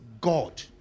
God